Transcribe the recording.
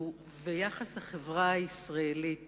וביחס החברה הישראלית